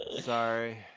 Sorry